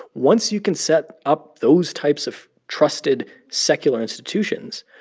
once you can set up those types of trusted secular institutions,